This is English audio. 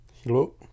Hello